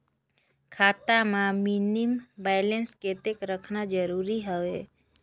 खाता मां minimum balance कतेक रखना जरूरी हवय?